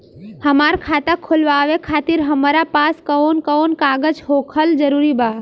हमार खाता खोलवावे खातिर हमरा पास कऊन कऊन कागज होखल जरूरी बा?